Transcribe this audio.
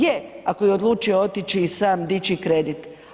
Je, ako je odlučio otići i sam dići kredit.